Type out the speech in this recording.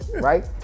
right